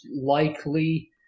likely